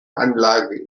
anlage